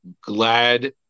glad